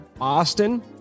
Austin